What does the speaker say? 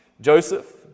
Joseph